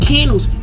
Candles